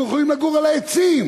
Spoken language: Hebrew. אנחנו יכולים לגור על העצים,